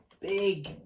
Big